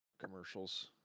commercials